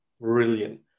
brilliant